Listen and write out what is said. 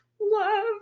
love